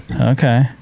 Okay